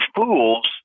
fools